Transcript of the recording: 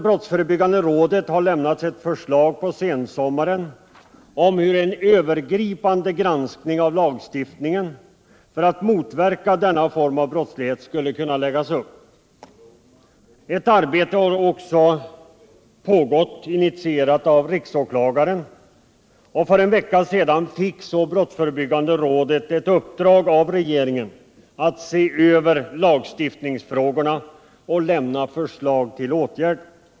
Brottsförebyggande rådet har lämnat ett förslag på sensommaren om hur en övergripande granskning av lagstiftningen för att motverka denna form av brottslighet skulle kunna läggas upp. Ett arbete har också pågått, initierat av riksåklagaren, och för en vecka sedan fick så brottsförebyggande rådet ett uppdrag av regeringen att se över lagstiftningsfrågorna och lämna förslag till åtgärder.